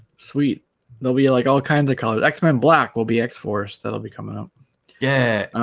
sweet nobody like all kinds of colors x-men black will be x-force that'll be coming up yeah